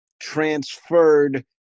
transferred